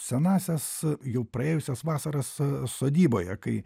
senąsias jau praėjusias vasaras sodyboje kai